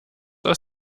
aus